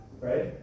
right